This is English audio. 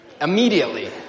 immediately